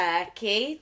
Turkey